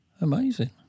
Amazing